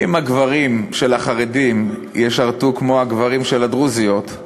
אם הגברים של החרדים ישרתו כמו הגברים של הדרוזיות,